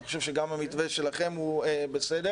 אני חושב שגם המתווה שלכם בסדר,